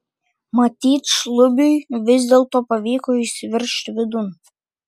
matyt šlubiui vis dėlto pavyko įsiveržti vidun